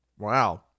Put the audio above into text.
Wow